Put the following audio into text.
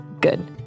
good